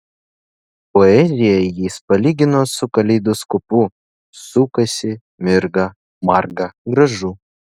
poeziją jis palygino su kaleidoskopu sukasi mirga marga gražu